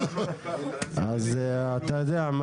אז אתה יודע,